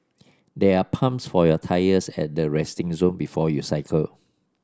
there are pumps for your tyres at the resting zone before you cycle